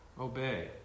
obey